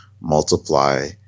multiply